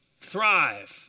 thrive